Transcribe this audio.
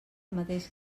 mateix